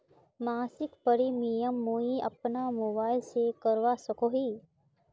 मासिक प्रीमियम मुई अपना मोबाईल से करवा सकोहो ही?